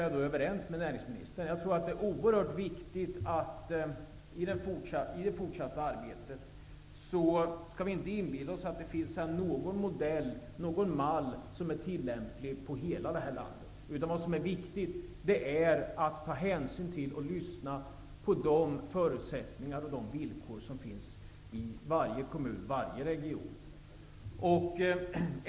Jag är överens med näringsministern om att det är oerhört viktigt att inte inbilla sig att det finns någon modell eller mall som är tillämplig för hela landet. Man måste ta hänsyn till de förutsättningar och de villkor som finns i varje region.